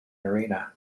arena